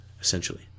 Essentially